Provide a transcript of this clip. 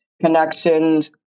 connections